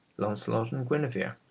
lancelot and guinevere,